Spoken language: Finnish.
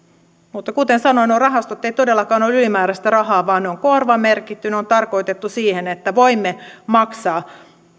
mutta kuten sanoin nuo rahastot eivät todellakaan ole ylimääräistä rahaa vaan ne ovat korvamerkittyjä ne on tarkoitettu siihen että voimme maksaa